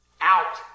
Out